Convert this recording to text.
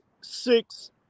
six